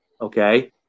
okay